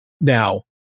Now